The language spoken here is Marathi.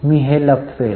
मी हे लपवेल